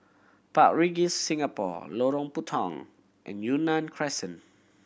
Park Regis Singapore Lorong Puntong and Yunnan Crescent